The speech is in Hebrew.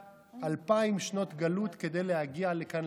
אלפיים שנות גלות כדי להגיע לכאן,